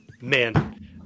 Man